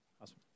Awesome